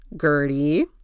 Gertie